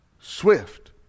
Swift